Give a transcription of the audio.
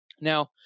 Now